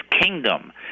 kingdom